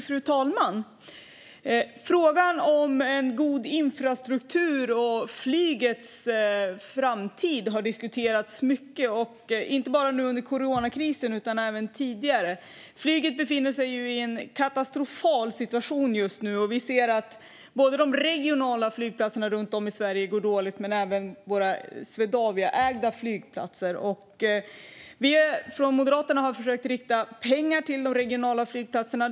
Fru talman! Frågan om en god infrastruktur och flygets framtid har diskuterats mycket, inte bara nu under coronakrisen utan även tidigare. Flyget befinner sig just nu i en katastrofal situation. De regionala flygplatserna runt om i Sverige går dåligt, men det gäller även de flygplatser som ägs av Swedavia. Moderaterna vill att det ska riktas pengar till de regionala flygplatserna.